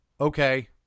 Okay